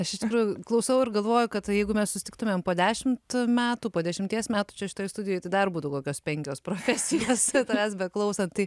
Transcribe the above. aš iš tikrųjų klausau ir galvoju kad jeigu mes susitiktumėm po dešimt metų po dešimties metų čia šitoj studijoj tai dar būtų kokios penkios profesijos tavęs beklausant tai